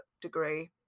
degree